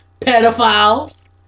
Pedophiles